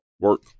work